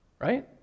right